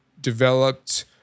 developed